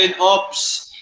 Ops